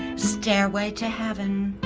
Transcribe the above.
stairway to heaven.